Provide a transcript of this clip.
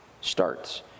starts